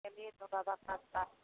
चलिए